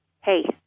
hey